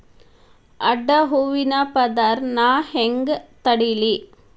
ಅಡ್ಡ ಹೂವಿನ ಪದರ್ ನಾ ಹೆಂಗ್ ತಡಿಲಿ?